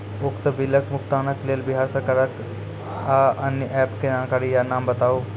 उक्त बिलक भुगतानक लेल बिहार सरकारक आअन्य एप के जानकारी या नाम बताऊ?